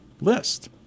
List